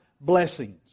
blessings